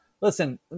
Listen